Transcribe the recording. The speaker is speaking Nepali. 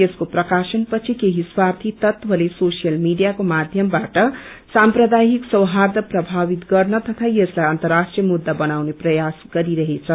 यसको प्रकाशन पछि केही स्वार्थी तत्वले सोशियल मीडियाको माध्यमबाट साम्प्रदायिक सौहाई प्रभावित गर्न तथा यसलाई अन्तर्राष्ट्रीय मुद्दा बनाउने प्रयास गरिरहेछ